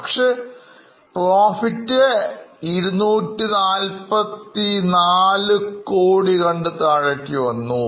പക്ഷേ profit 244 കോടി കണ്ട് കുറഞ്ഞു